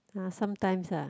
uh sometimes ah